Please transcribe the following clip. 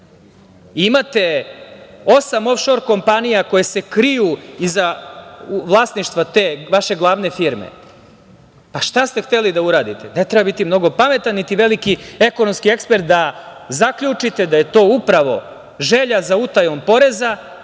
imate osam ofšor kompanija koje se kriju iza vlasništva te vaše glavne firme. Pa, šta ste hteli da uradite? Ne treba biti mnogo pametan, niti veliki ekonomski ekspert da zaključite da je to upravo želja za utajom poreza